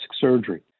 surgery